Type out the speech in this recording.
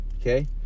Okay